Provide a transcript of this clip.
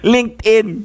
LinkedIn